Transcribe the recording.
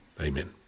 Amen